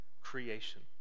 creation